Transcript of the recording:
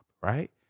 right